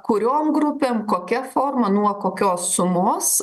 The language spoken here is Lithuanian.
kuriom grupėm kokia forma nuo kokios sumos